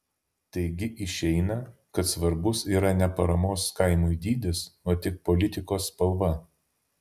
taigi išeina kad svarbus yra ne paramos kaimui dydis o tik politikos spalva